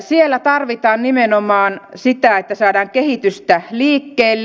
siellä tarvitaan nimenomaan sitä että saadaan kehitystä liikkeelle